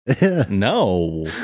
No